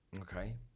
Okay